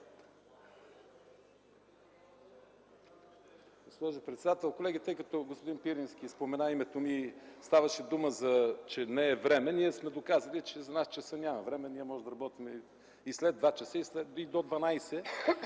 Госпожо председател, колеги! Тъй като господин Пирински спомена името ми и ставаше дума, че не е време, ние сме доказали, че за нас часът няма значение. Ние можем да работим и след 14,00 ч., и до